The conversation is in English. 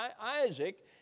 Isaac